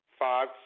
five